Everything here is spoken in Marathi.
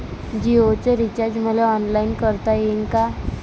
जीओच रिचार्ज मले ऑनलाईन करता येईन का?